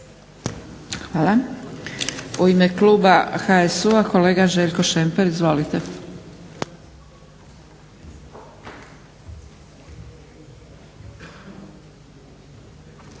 Hvala. U ime Kluba HSU-a kolega Željko Šemper. Izvolite.